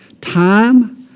Time